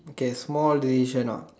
okay small decision ah